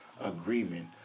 agreement